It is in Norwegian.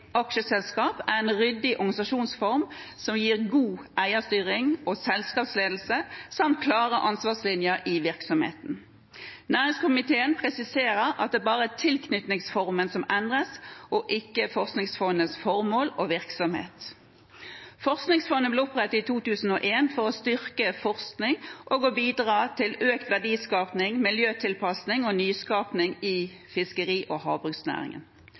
aksjeselskap er en ryddig organisasjonsform som gir god eierstyring og selskapsledelse samt klare ansvarslinjer i virksomheten. Næringskomiteen presiserer at det bare er tilknytningsformen som endres, ikke forskningsfondets formål og virksomhet. Forskningsfondet ble opprettet i 2001 for å styrke forskning og bidra til økt verdiskaping, miljøtilpasning og nyskaping i fiskeri- og havbruksnæringen.